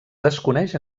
desconeix